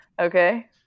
Okay